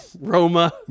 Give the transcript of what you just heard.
Roma